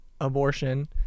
abortion